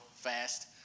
fast